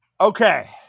okay